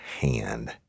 hand